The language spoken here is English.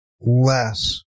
less